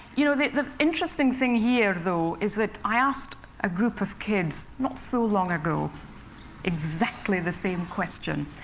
you know the the interesting thing here, though, is that i asked a group of kids not so long ago exactly the same question.